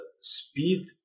speed